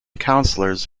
councillors